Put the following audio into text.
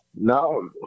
No